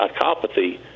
psychopathy